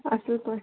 اصٕل پٲٹھۍ